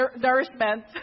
nourishment